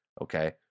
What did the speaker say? Okay